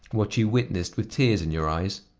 what you witnessed with tears in your eyes?